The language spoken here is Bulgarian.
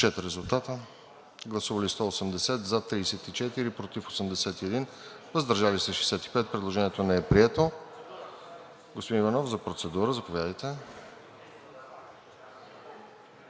Предложението не е прието.